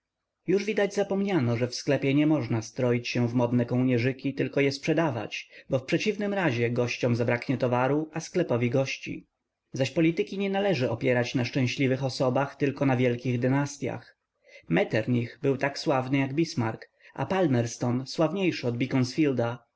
już widać zapomniano że w sklepie nie można stroić się w modne kołnierzyki tylko je sprzedawać bo w przeciwnym razie gościom zabraknie towaru a sklepowi gości zaś polityki nie należy opierać na szczęśliwych osobach tylko na wielkich dynastyach metternich był taki sławny jak bismark a palmerston sławniejszy od